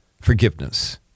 Forgiveness